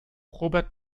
robert